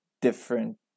different